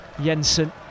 Jensen